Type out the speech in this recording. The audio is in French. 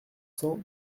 cents